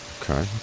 Okay